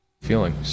feeling